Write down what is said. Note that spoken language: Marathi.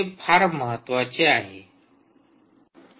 हे फार महत्त्वाचे आहे